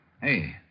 Hey